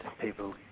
people